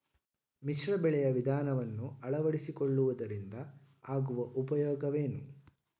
ಮಿಶ್ರ ಬೆಳೆಯ ವಿಧಾನವನ್ನು ಆಳವಡಿಸಿಕೊಳ್ಳುವುದರಿಂದ ಆಗುವ ಉಪಯೋಗವೇನು?